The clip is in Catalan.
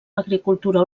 agricultura